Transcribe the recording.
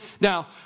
Now